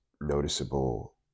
noticeable